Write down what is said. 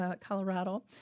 Colorado